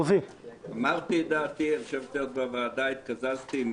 אמרתי את דעתי, התקזזתי עם